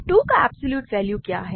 2 का absolute value क्या है